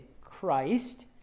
Christ